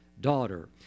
daughter